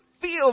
feel